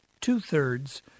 two-thirds